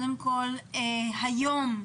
היום,